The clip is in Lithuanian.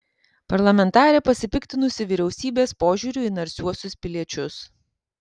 parlamentarė pasipiktinusi vyriausybės požiūriu į narsiuosius piliečius